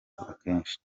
akenshi